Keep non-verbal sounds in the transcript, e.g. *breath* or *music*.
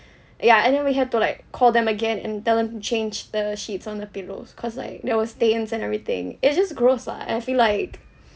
*breath* ya and then we have to like call them again and tell them change the sheets on the pillows cause like there were stains and everything it's just gross lah and I feel like